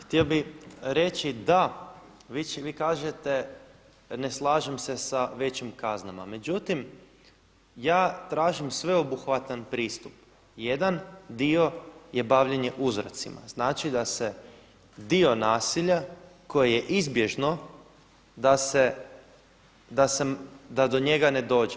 Htio bi reći da, vi kažete ne slažem se sa većim kaznama, međutim ja tražim sveobuhvatan pristup, jedan je dio bavljenje uzrocima, znači da se dio nasilja koje je izbježno da do njega ne dođe.